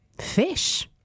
fish